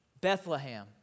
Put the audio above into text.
Bethlehem